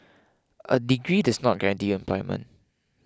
a degree does not guarantee you employment